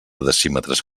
decímetres